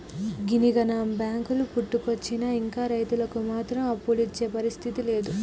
గిన్నిగనం బాంకులు పుట్టుకొచ్చినా ఇంకా రైతులకు మాత్రం అప్పులిచ్చే పరిస్థితి లేదు